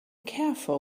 careful